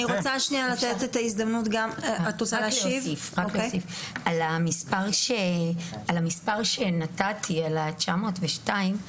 על המספר שנתתי, ה-902,